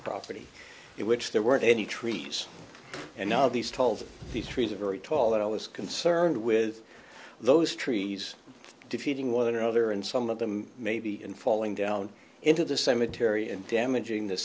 property it which there weren't any trees and now these told these trees are very tall and i was concerned with those trees defeating one another and some of them maybe in falling down into the cemetery and damaging the